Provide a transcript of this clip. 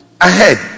ahead